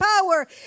power